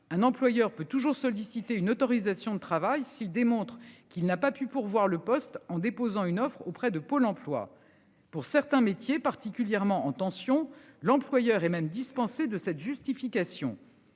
Un employeur peut toujours solliciter une autorisation de travail s'il démontre qu'il n'a pas pu pourvoir le poste en déposant une offre auprès de Pôle Emploi pour certains métiers, particulièrement en tension l'employeur et même dispensés de cette justification.